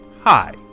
hi